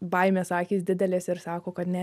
baimės akys didelės ir sako kad ne